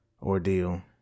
Ordeal